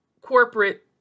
corporate